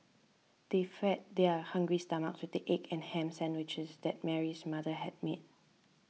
they fed their hungry stomachs with the egg and ham sandwiches that Mary's mother had made